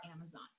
Amazon